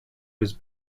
was